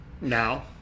now